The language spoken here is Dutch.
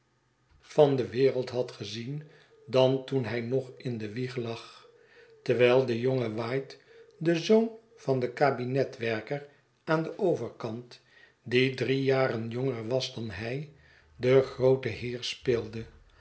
van boz wereld had gezien dan toen hij nog in de wieg lag terwijl de jonge white de zoon van den kabinetwerker aan den overkant die drie jaren jonger was dan hij den grooten heer speelde